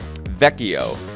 Vecchio